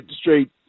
straight